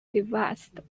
devised